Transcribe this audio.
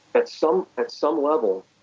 at some at some level,